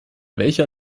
welcher